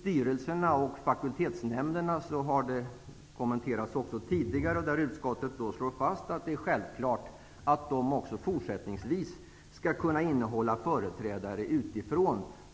Styrelserna och fakultetsnämnderna har kommenterats tidigare. Där slår utskottet fast att de självfallet också fortsättningvis skall kunna innehålla företrädare utifrån.